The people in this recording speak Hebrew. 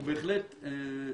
ברשותך,